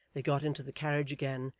they got into the carriage again,